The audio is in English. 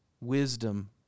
Wisdom